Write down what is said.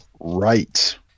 Right